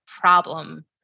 problem